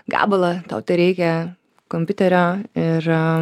gabalą tau tereikia kompiuterio ir